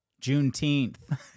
Juneteenth